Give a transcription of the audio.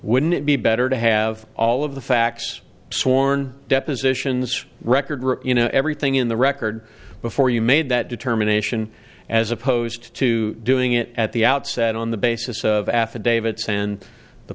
wouldn't it be better to have all of the facts sworn depositions record you know everything in the record before you made that determination as opposed to doing it at the outset on the basis of affidavits and the